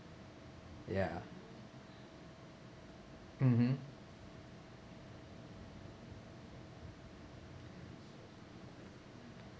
ya mmhmm